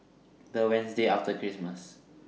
The Wednesday after Christmas